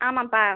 ஆமாம்ப்பா